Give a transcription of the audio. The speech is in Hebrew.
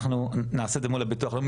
אנחנו נעשה את זה אל מול הביטוח הלאומי.